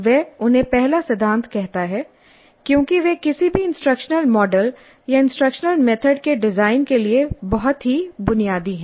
वह उन्हें पहला सिद्धांत कहता है क्योंकि वे किसी भी इंस्ट्रक्शनल मॉडल या इंस्ट्रक्शनल मेथड के डिजाइन के लिए बहुत ही बुनियादी हैं